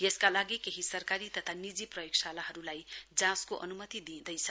यसका लागि केही सरकारी तता निजी प्रयोगगशालाहरूलाई जाँचको अनुमति दिँइदैछ